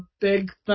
big